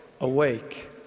awake